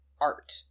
art